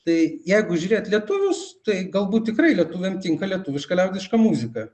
tai jeigu žiūrėt lietuvius tai galbūt tikrai lietuviam tinka lietuviška liaudiška muzika